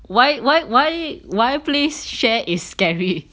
why why why why play share is scary